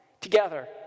together